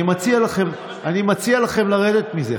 אני מציע לכם, אני מציע לכם לרדת מזה.